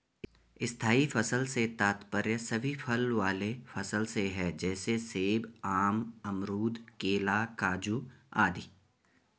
स्थायी फसल से तात्पर्य सभी फल वाले फसल से है जैसे सेब, आम, अमरूद, केला, काजू आदि